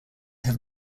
have